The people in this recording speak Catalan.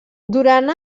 durant